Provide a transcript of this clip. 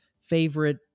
favorite